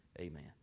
amen